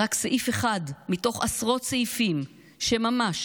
רק סעיף אחד מתוך עשרות סעיפים שממש,